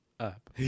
Up